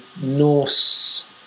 Norse